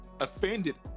offended